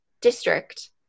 district